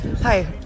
Hi